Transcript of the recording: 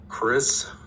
Chris